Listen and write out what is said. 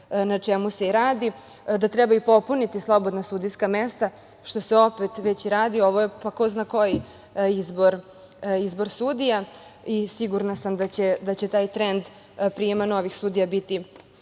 na čemu se i radi, da treba i popuniti slobodna sudijska mesta što se opet već radi. Ovo je ko zna koji izbor sudija. Sigurna sam da će taj trend prijema novih sudija biti